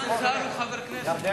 סגן שר הוא חבר כנסת.